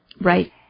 Right